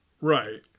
Right